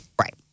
right